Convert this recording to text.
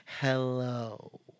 hello